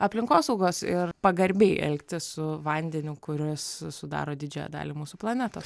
aplinkosaugos ir pagarbiai elgtis su vandeniu kuris sudaro didžiąją dalį mūsų planetos